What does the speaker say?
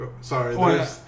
Sorry